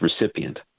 recipient